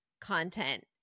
content